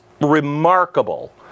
remarkable